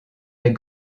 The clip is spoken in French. des